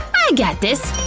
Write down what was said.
i got this.